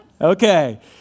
Okay